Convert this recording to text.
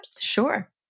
sure